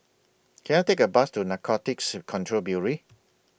Can I Take A Bus to Narcotics Control Bureau